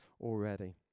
already